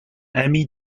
amis